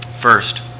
First